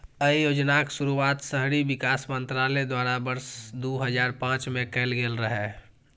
अय योजनाक शुरुआत शहरी विकास मंत्रालय द्वारा वर्ष दू हजार पांच मे कैल गेल रहै